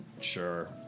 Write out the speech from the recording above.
Sure